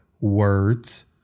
words